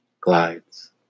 glides